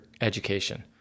education